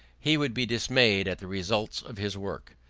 he would be dismayed at the result of his work.